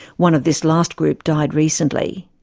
one of this last group died recently.